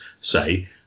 say